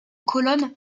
colonnes